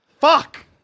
Fuck